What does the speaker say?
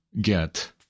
get